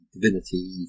Divinity